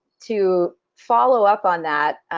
to follow up on that,